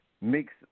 mix